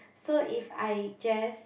so if I just